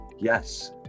Yes